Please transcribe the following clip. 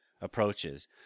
approaches